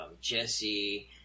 Jesse